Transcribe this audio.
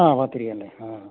ആ പത്തിരിയല്ലേ ആ